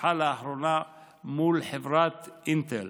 שפותחה לאחרונה מול חברת אינטל.